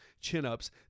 chin-ups